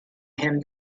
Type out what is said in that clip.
him